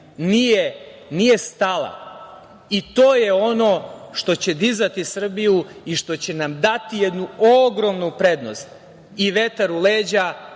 nije stala i to je ono što će dizati Srbiju i što će nam dati jednu ogromnu prednost i vetar u leđa